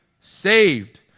saved